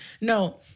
No